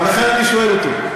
לכן אני שואל אותו.